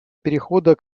перехода